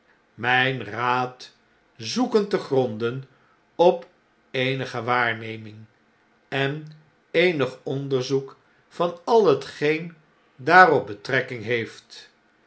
mijn raad zoeken te gronden op eenige waarneming en eenig onderzoek van al hetgeen daarop betrekking heeft